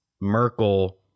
Merkel